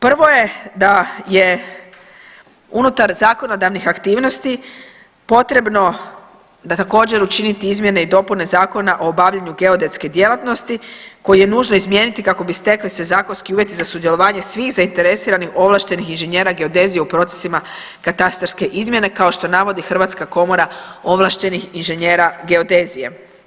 Prvo je da je unutar zakonodavnih aktivnosti potrebno da također učiniti izmjene i dopune Zakona o obavljanju geodetske djelatnosti koji je nužno izmijeniti kako bi stekli se zakonski uvjeti za sudjelovanje svih zainteresiranih ovlaštenih inženjera geodezije u procesima katastarske izmjene kao što navodi Hrvatska komora ovlaštenih inženjera geodezije.